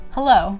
Hello